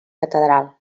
catedral